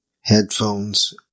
headphones